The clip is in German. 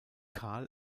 karl